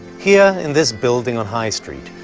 here in this building on high street,